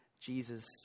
Jesus